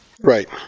Right